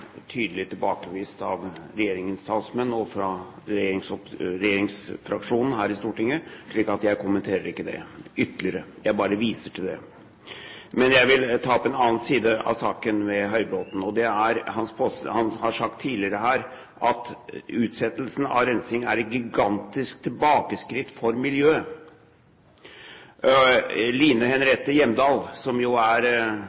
av regjeringspartifraksjonen her i Stortinget, så jeg kommenterer ikke det ytterligere. Jeg bare viser til det. Jeg vil ta opp en annen side av saken med Høybråten. Han har tidligere her sagt at utsettelsen av rensing er et gigantisk tilbakeskritt for miljøet. Line